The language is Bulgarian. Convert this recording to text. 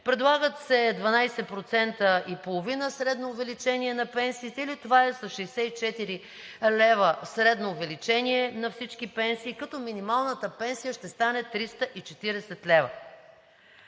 Предлагат се 12,5% средно увеличение на пенсиите, или това е с 64 лв. средно увеличение на всички пенсии, като минималната пенсия ще стане 340 лв.